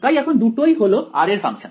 তাই এখন দুটোই হলো r এর ফাংশন